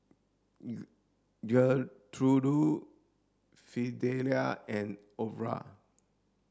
Gertrude Fidelia and Orah